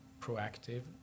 proactive